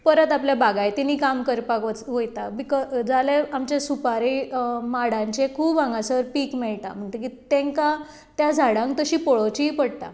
परत आपल्या बागायतिनीं काम करपाक वयतात जाल्यार आमचे सुपारी माडांचें खूब हांगासर पीक मेळटा म्हणटकीर तांकां त्या झाडांक तशीं पळोवचींय पडटा